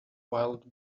wild